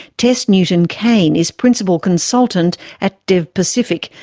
tess newton cain is principal consultant at devpacific,